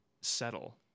settle